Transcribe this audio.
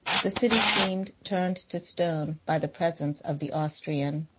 the city seemed turned to stone by the presence of the austrian.